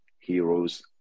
Heroes